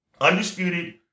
Undisputed